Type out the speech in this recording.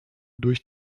durch